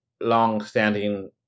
long-standing